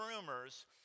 rumors